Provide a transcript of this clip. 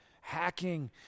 hacking